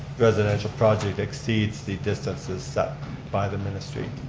residential project exceeds the distances set by the ministry.